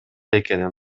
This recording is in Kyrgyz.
экенин